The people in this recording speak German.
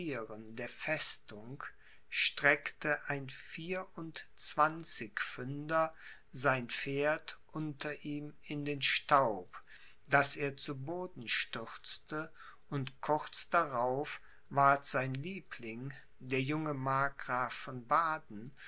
der festung streckte ein vierundzwanzigpfünder sein pferd unter ihm in den staub daß er zu boden stürzte und kurz darauf ward sein liebling der junge markgraf von baden